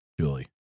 Julie